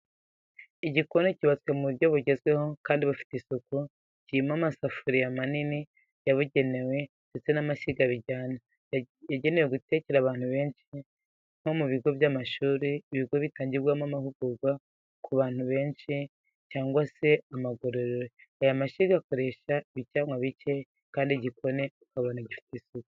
Igikoni cyubatse mu buryo bugezweho kandi bufite isuku kirimo amasafuriya manini yabugenewe ndetse n'amashyiga bijyana yagenewe gutekera abantu benshi nko mu bigo by'amashuri, ibigo bitangirwamo amahugurwa ku bantu benshi, cyangwa se amagororero , aya mashyiga akoresha ibicanwa bicye kandi igikoni ukabona gifite isuku.